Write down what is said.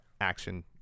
action